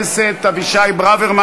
הכנסת נתקבלה.